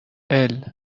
البرای